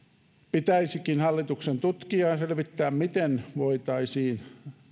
pitäisikin hallituksen tutkia ja selvittää miten voitaisiin